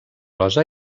rosa